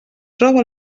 troba